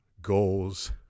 goals